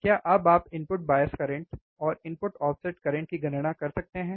क्या अब आप इनपुट बायस करंट और इनपुट ऑफ़सेट करंट की गणना कर सकते हैं